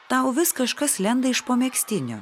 tau vis kažkas lenda iš po megztinio